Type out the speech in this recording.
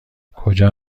کجا